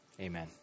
Amen